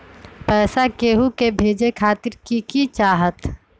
पैसा के हु के भेजे खातीर की की चाहत?